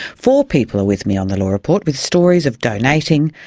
four people are with me on the law report with stories of donating,